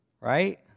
right